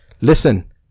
Listen